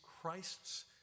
Christ's